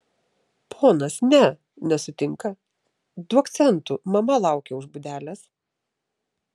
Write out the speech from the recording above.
ponas ne nesutinka duok centų mama laukia už būdelės